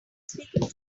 speaking